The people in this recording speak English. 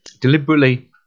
deliberately